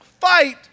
fight